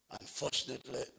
Unfortunately